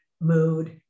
mood